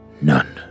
none